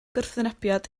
gwrthwynebiad